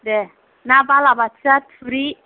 दे ना बाला बाथिया थुरि